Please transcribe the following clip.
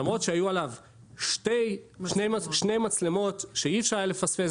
למרות היו עליו שתי מצלמות שאי אפשר היה לפספס.